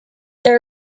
the